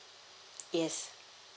yes